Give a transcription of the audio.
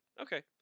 Okay